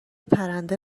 پرنده